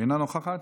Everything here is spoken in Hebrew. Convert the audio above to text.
אינה נוכחת.